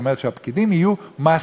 זאת אומרת שהפקידים יהיו משכילים.